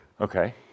Okay